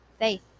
Faith